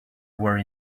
were